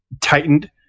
tightened